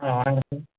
ஆ வணக்கம் சார்